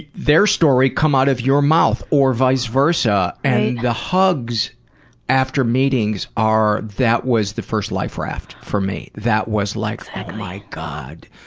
their story come out of your mouth or vice versa and the hugs after meetings, are, that was the first life raft for me. that was like, my god.